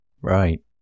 right